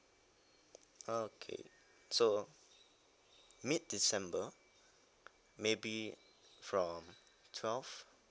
ah okay so mid december maybe from twelve